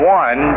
one